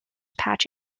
patch